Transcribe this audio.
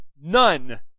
none